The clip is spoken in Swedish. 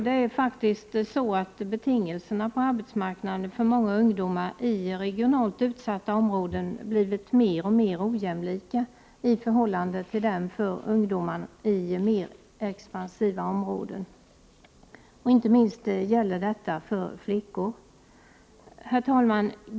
Det är faktiskt så att betingelserna på arbetsmarknaden för många ungdomar i regionalt utsatta områden blivit mer och mer ojämlika i förhållande till betingelserna för ungdomarna i mer expansiva områden. Inte minst gäller detta för flickor. Herr talman!